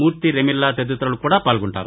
మూర్తి రెమిల్లా తదితరులు కూడా పాల్గొంటారు